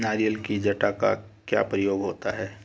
नारियल की जटा का क्या प्रयोग होता है?